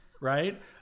right